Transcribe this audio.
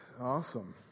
Awesome